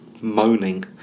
moaning